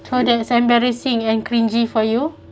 so that's embarrassing and cringy for you